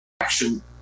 action